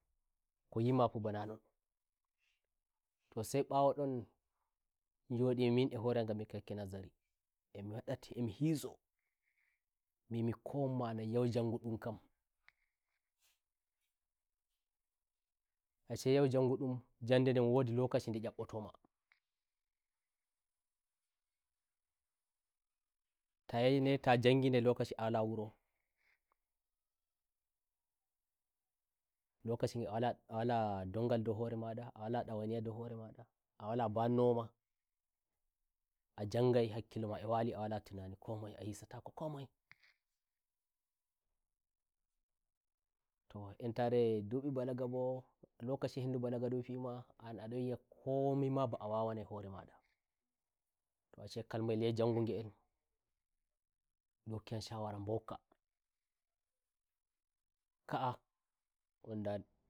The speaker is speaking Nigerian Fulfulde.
koyima fu nanonto sai mbawo ndonnjodimi min a hore am ngammi ga wakki nazariemi wada emi hisombimi kowon malam yau njande nden wodi lokaci nde jabboto mahto yayi nde to njangi nde lokaci a walai wurolokaci nde awala ndongal dou horema ndo awala ndowainiya dou hore ma ndaa wala mbanno womaajangai hakkilo ma e wali a wala tinani komai a hisatako komaitoh entare ndubi balaga bolokaci hendu balaga ndu fima an adon yi'akomi ma ba'a wawanai hore ma ndato ashe kalmayel yau njangu nge'elndun hokkiyam shawara mbokkaka'a